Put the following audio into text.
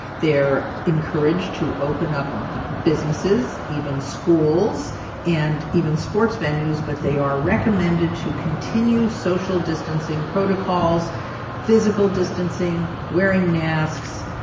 they're encouraged to open up businesses, even schools and even sports venues. but they are recommended to continue social distancing protocols physical distancing, wearing masks.